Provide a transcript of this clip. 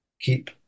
keep